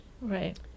Right